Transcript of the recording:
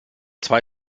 zwei